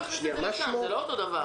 זה לא אותו דבר.